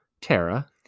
Tara